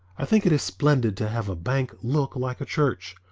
i think it is splendid to have a bank look like a church,